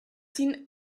seen